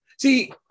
See